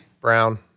Brown